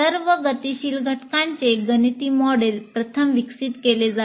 सर्व गतिशील घटकांचे गणिती मॉडेल प्रथम विकसित केले जाते